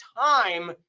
time